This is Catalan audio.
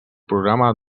programa